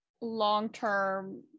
long-term